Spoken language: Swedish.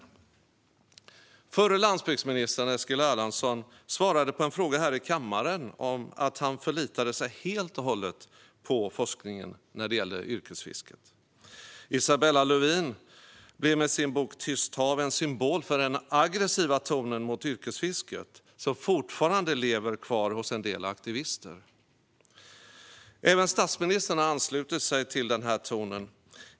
Den förre landsbygdsministern Eskil Erlandsson svarade på en fråga här i kammaren att han förlitade sig helt och hållet på forskningen när det gällde yrkesfisket. Isabella Lövin blev med sin bok Tyst hav en symbol för den aggressiva ton mot yrkesfisket som fortfarande lever kvar hos en del aktivister. Även statsministern har anslutit sig till den här tonen.